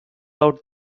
out